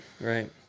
right